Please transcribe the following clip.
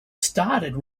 started